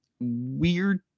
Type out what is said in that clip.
weird